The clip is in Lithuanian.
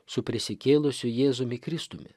su prisikėlusiu jėzumi kristumi